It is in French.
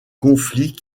conflit